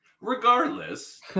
Regardless